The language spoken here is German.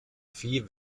vieh